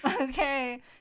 Okay